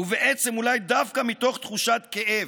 ובעצם אולי דווקא מתוך תחושת כאב,